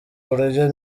uburyo